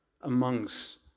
amongst